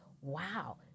Wow